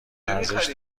ارزش